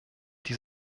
die